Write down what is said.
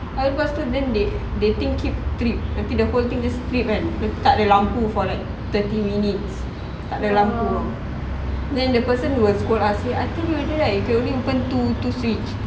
abeh lepas tu then they they thing keep trip the whole thing just trip kan tak ada lampu for like thirty minutes tak ada lampu [tau] then the person will scold us say I tell already right you can open two two switch